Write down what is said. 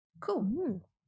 cool